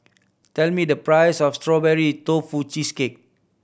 tell me the price of Strawberry Tofu Cheesecake